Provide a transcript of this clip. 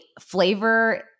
flavor